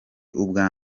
ubwa